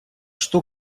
что